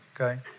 okay